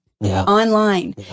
online